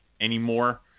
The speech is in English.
anymore